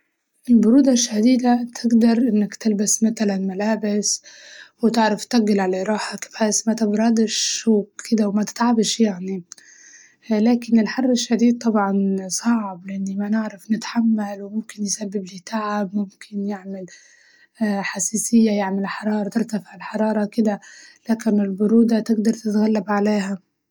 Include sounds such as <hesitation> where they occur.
البرودة الشديدة بتقدر إنك تلبس متلاً ملابس وتعرف تتقل على روحك بحيس ما تبردش وكدة وما تتعبش يعني، <hesitation> لكن الحر الشديد طبعاً صعب لإني ما نعرف نتحمل وممكن يسبب لي تعب ممكن يعمل <hesitation> حساسية يعمل حرارة ترتفع الحرارة كدة، لكن البرودة تقدر تتغلب عليها.